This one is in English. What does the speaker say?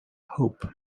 hope